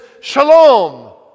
Shalom